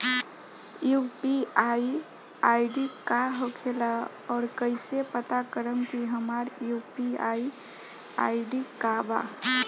UPI ID का होखेला और कईसे पता करम की हमार यू.पी.आई आई.डी का बा?